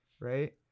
right